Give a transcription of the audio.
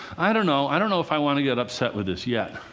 i don't know, i don't know if i want to get upset with this yet.